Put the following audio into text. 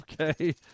Okay